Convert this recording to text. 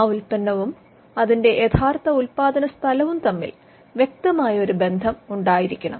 ആ ഉൽപന്നവും അതിന്റെ യഥാർത്ഥ ഉത്പാദന സ്ഥലവും തമ്മിൽ വ്യക്തമായ ഒരു ബന്ധം ഉണ്ടായിരിക്കണം